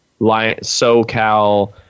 SoCal